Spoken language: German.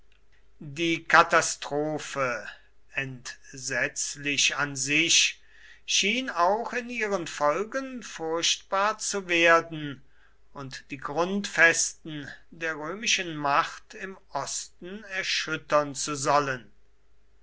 die katastrophe entsetzlich an sich schien auch in ihren folgen furchtbar zu werden und die grundfesten der römischen macht im osten erschüttern zu sollen